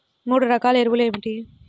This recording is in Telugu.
మూడు రకాల ఎరువులు ఏమిటి?